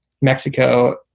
Mexico